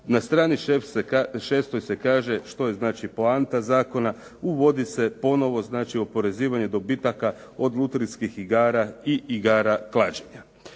Ja strani 6. se kaže, što je znači poanta zakona, uvodi se ponovo znači oporezivanje dobitaka od lutrijskih igara i igara klađenja.